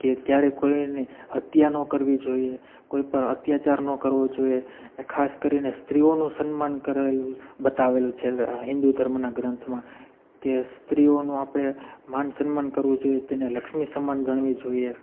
કે ક્યારેય કોઈની હત્યા ન કરવી જોઈએ કોઇ પર અત્યાચાર ન કરવો જોઈએ ને ખાસ કરીને સ્ત્રીઓનું સન્માન કરેલું બતાવેલું છે આ હિન્દુ ધર્મના ગ્રંથમાં કે સ્ત્રીઓનું આપણે માન સન્માન કરવું જોઈએ તેને લક્ષ્મી સમાન ગણવી જોઈએ